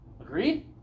Agreed